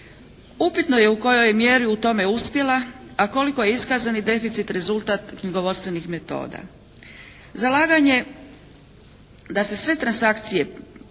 Upitno je u kojoj je mjeri u tome uspjela, a koliko je iskazani deficit rezultat knjigovodstvenih metoda. Zalaganje da se sve transakcije